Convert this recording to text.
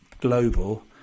global